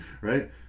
right